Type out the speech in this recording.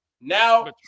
Now